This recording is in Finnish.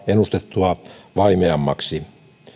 ennustettua vaimeammaksi